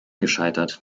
gescheitert